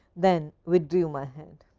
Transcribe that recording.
then withdrew my hand.